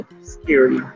security